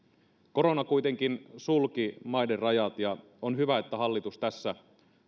korona kuitenkin sulki maiden rajat ja on hyvä että hallitus tässä